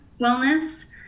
wellness